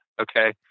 okay